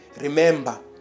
Remember